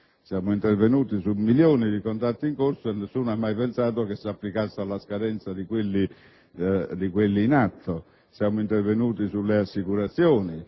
Siamo intervenuti su milioni di contratti in corso e nessuno ha mai pensato che si applicasse solo alla scadenza di quelli in atto. Siamo intervenuti sulle assicurazioni,